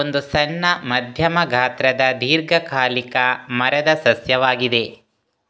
ಒಂದು ಸಣ್ಣ, ಮಧ್ಯಮ ಗಾತ್ರದ ದೀರ್ಘಕಾಲಿಕ ಮರದ ಸಸ್ಯವಾಗಿದೆ